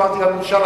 אמרתי גם אינשאללה.